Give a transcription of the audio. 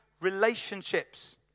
relationships